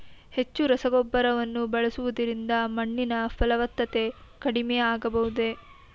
ಹೆಚ್ಚು ರಸಗೊಬ್ಬರವನ್ನು ಬಳಸುವುದರಿಂದ ಮಣ್ಣಿನ ಫಲವತ್ತತೆ ಕಡಿಮೆ ಆಗಬಹುದೇ?